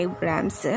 grams